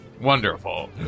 Wonderful